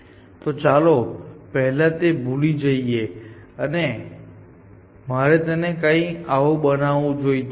તો ચાલો પહેલા ને ભૂલી જઈએ મારે તેને કંઈક આવું બનાવવું જોઈતું હતું